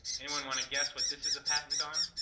anyone want to guess what this is a patent on?